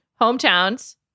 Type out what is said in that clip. hometowns